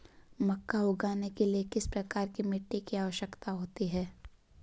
मक्का उगाने के लिए किस प्रकार की मिट्टी की आवश्यकता होती है?